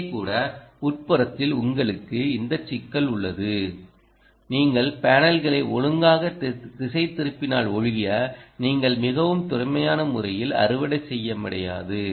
இங்கே கூட உட்புறத்தில் உங்களுக்கு இந்த சிக்கல் உள்ளது நீங்கள் பேனல்களை ஒழுங்காக திசைதிருப்பினால் ஒழிய நீங்கள் மிகவும் திறமையான முறையில் அறுவடை செய்ய முடியாது